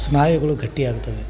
ಸ್ನಾಯುಗಳು ಗಟ್ಟಿ ಆಗ್ತವೆ